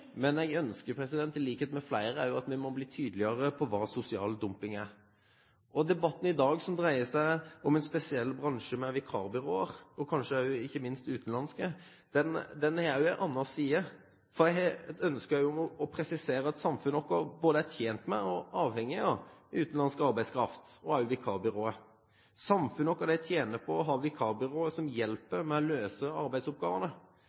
men i likhet med flere ønsker jeg at vi må bli tydeligere på hva sosial dumping er. Debatten i dag, som dreier seg om en spesiell bransje – vikarbyråer og kanskje ikke minst utenlandske – har en annen side. Jeg har et ønske om også å presisere at samfunnet vårt både er tjent med og avhengig av utenlandsk arbeidskraft og også av vikarbyråer. Samfunnet vårt tjener på å ha vikarbyråer som hjelper til med å løse arbeidsoppgavene.